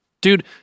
Dude